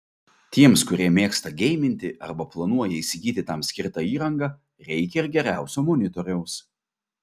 tiems kurie mėgsta geiminti arba planuoja įsigyti tam skirtą įrangą reikia ir geriausio monitoriaus